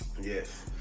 Yes